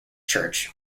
church